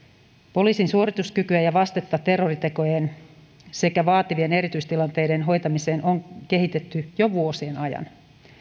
poliisin suorituskykyä ja vastetta terroritekojen sekä vaativien erityistilanteiden hoitamiseen on kehitetty jo vuosien ajan